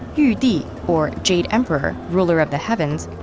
yu di, or jade emperor, ruler of the heavens,